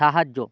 সাহায্য